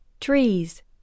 Trees